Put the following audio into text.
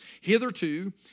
Hitherto